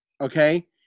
okay